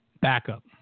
backup